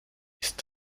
ist